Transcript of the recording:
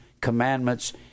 commandments